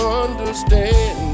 understand